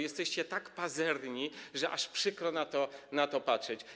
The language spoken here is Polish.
Jesteście tak pazerni, że aż przykro na to patrzeć.